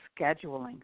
scheduling